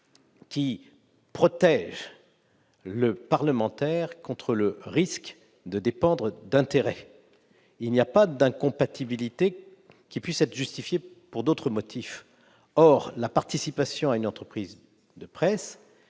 protègent le parlementaire contre le risque de dépendre d'intérêts. Aucune incompatibilité ne peut être justifiée par d'autres motifs. Or la participation à une entreprise de presse,